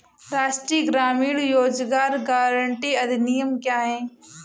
राष्ट्रीय ग्रामीण रोज़गार गारंटी अधिनियम क्या है?